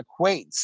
equates